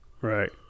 Right